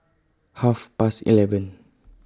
Half Past eleven